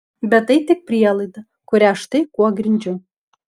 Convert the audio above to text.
bet tai tik prielaida kurią štai kuo grindžiu